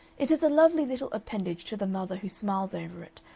it is a lovely little appendage to the mother who smiles over it,